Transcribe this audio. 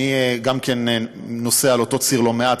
גם אני נוסע על אותו ציר לא מעט,